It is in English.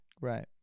Right